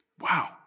Wow